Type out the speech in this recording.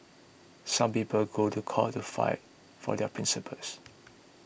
some people go to court to fight for their principles